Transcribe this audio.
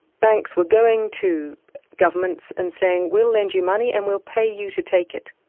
banks were going to governments and saying, we'll lend you money, and we'll pay you to take it',